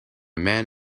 man